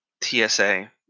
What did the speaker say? TSA